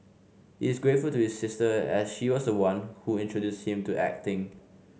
he is grateful to his sister as she was the one who introduced him to acting